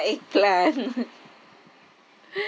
eggplant